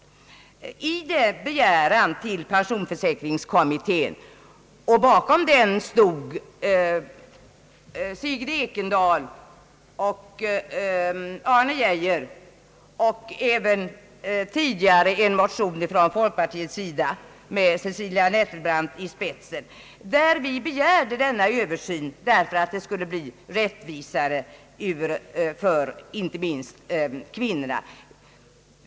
Bakom denna begäran om remiss till pensionsförsäkringskommittén stod bl.a. Sigrid Ekendahl och Arne Geijer. Den grundade sig även på en tidigare av folkpartiet väckt motion, med Cecilia Nettelbrandt i spetsen, i vilken vi begärde denna översyn, eftersom vi ville att förhållandena skulle bli rättvisare, inte minst för kvinnorna.